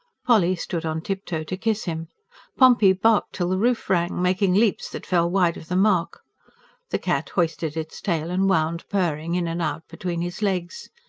polly stood on tip-toe to kiss him pompey barked till the roof rang, making leaps that fell wide of the mark the cat hoisted its tail, and wound purring in and out between his legs.